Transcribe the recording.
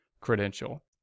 credential